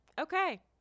okay